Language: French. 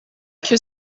que